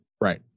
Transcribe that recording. Right